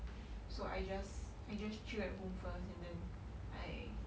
so I just I just chill at home first and then I